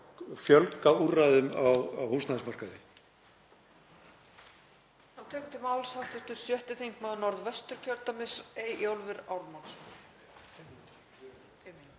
fjölga úrræðum á húsnæðismarkaði.